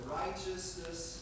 righteousness